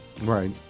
Right